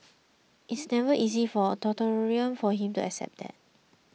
it's never easy for an authoritarian like him to accept that